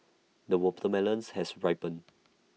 the watermelons has ripened